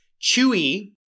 Chewie